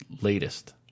latest